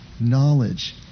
knowledge